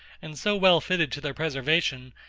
and so well fitted to their preservation,